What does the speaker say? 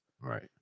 right